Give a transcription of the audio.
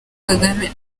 kagame